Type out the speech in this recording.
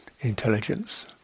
intelligence